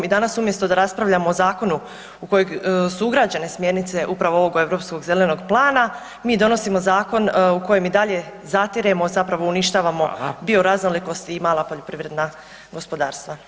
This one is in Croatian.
I danas umjesto da raspravljamo o zakonu u kojeg su ugrađene smjernice upravo ovog Europskog zelenog plana, mi donosimo zakon u kojem i dalje zatiremo, zapravo uništavamo bioraznolikost i mala poljoprivredna gospodarstva.